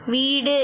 வீடு